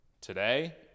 today